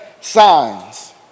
signs